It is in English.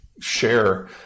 share